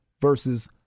versus